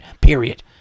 Period